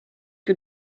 que